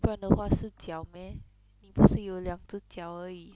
不然的话是脚 meh 你不是有两只脚而已